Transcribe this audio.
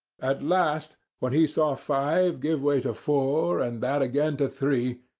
at last, when he saw five give way to four and that again to three,